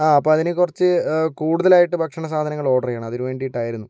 ആ അപ്പോൾ അതിന് കുറച്ച് കൂടുതലായിട്ട് ഭക്ഷണ സാധനങ്ങൾ ഓർഡർ ചെയ്യണം അതിന് വേണ്ടീട്ട് ആയിരുന്നു